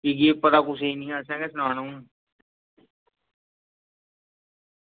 की के पता कुसै गी निं ऐ असें गै सनाना हून